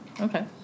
okay